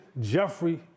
Jeffrey